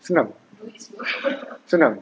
senang senang